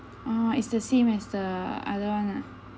oh is the same as the other one ah